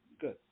Good